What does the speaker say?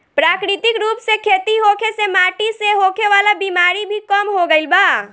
प्राकृतिक रूप से खेती होखे से माटी से होखे वाला बिमारी भी कम हो गईल बा